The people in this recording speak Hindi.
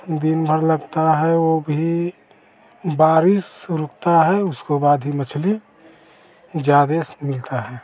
दिनभर लगता है वह भी बारिश रुकती है उसके बाद ही मछली ज़्यादा से मिलती है